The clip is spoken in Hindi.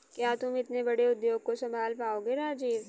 क्या तुम इतने बड़े उद्योग को संभाल पाओगे राजीव?